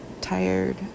tired